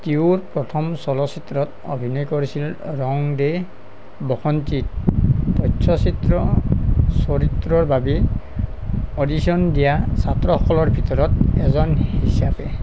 তেওঁৰ প্ৰথম চলচ্চিত্ৰত অভিনয় কৰিছিল ৰং দে বসন্তীত তথ্যচিত্ৰ চৰিত্ৰৰ বাবে অ'ডিচন দিয়া ছাত্ৰসকলৰ ভিতৰত এজন হিচাপে